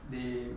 they